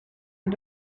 und